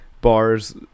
bars